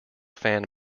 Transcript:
fan